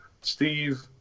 Steve